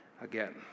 again